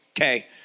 okay